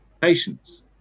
patients